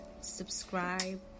subscribe